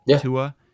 Tua